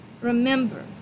Remember